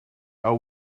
are